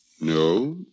No